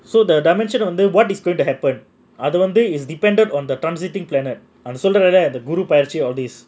so the dimension of what is going to happen other one day is dependent on the transiting planet and சொல்றது அந்த குரு பெயர்ச்சி:solrathu andha guru peyarchi